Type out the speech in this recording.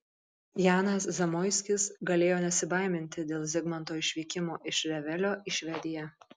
janas zamoiskis galėjo nesibaiminti dėl zigmanto išvykimo iš revelio į švediją